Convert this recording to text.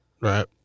Right